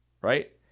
right